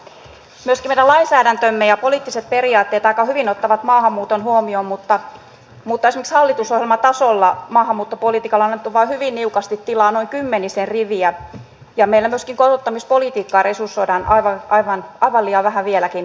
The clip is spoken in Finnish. myöskin meidän lainsäädäntömme ja poliittiset periaatteemme aika hyvin ottavat maahanmuuton huomioon mutta esimerkiksi hallitusohjelmatasolla maahanmuuttopolitiikalle on annettu vain hyvin niukasti tilaa noin kymmenisen riviä ja meillä myöskin kotouttamispolitiikkaa resursoidaan aivan liian vähän vieläkin